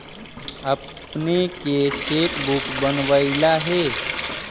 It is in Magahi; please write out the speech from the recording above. अपने के चेक बुक बनवइला हे